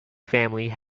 family